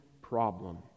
problem